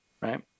right